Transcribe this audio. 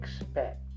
expect